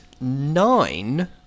nine